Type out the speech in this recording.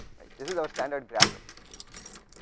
this is are standard graph representation right,